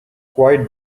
quiet